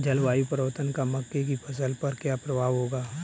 जलवायु परिवर्तन का मक्के की फसल पर क्या प्रभाव होगा?